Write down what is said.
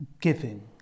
giving